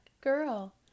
girl